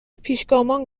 پیشگامان